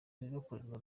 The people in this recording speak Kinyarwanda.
bibakorerwa